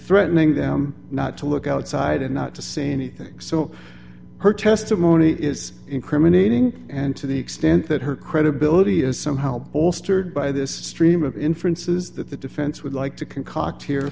threatening them not to look outside and not to say anything so her testimony is incriminating and to the extent that her credibility is somehow bolstered by this stream of inferences that the defense would like to concoct